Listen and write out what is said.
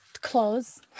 clothes